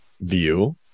view